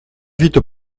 vite